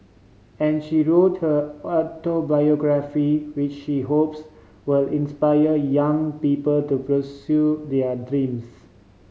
and she wrote her autobiography which she hopes will inspire young people to pursue their dreams